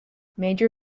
major